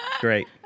Great